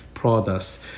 Products